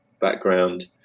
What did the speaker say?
background